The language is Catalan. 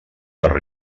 les